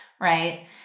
Right